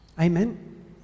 Amen